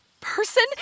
person